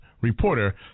reporter